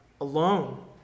alone